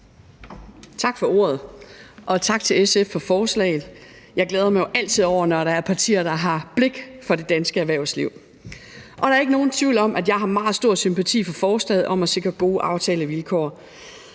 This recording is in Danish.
Tak for ordet, og tak til SF for forslaget. Jeg glæder mig altid over det, når der er partier, der har blik for det danske erhvervsliv. Der er ikke nogen tvivl om, at jeg har meget stor sympati for forslaget om at sikre gode aftalevilkår,